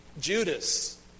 Judas